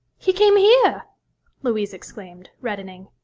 he came here louise exclaimed, reddening.